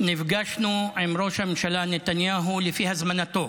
נפגשנו עם ראש הממשלה נתניהו לפי הזמנתו.